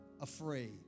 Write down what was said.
afraid